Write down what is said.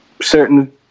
certain